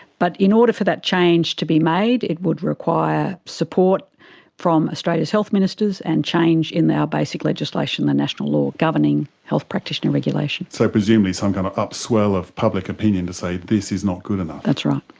but in order for that change to be made it would require support from australia's health ministers and change in our basic legislation, the national law governing health practitioner regulation. so presumably some kind of up-swell of public opinion to say this is not good enough? that's right.